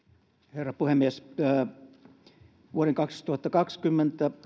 herra puhemies vuoden kaksituhattakaksikymmentä